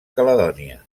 caledònia